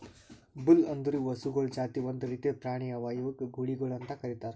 bull ಅಂದುರ್ ಇವು ಹಸುಗೊಳ್ ಜಾತಿ ಒಂದ್ ರೀತಿದ್ ಪ್ರಾಣಿ ಅವಾ ಇವುಕ್ ಗೂಳಿಗೊಳ್ ಅಂತ್ ಕರಿತಾರ್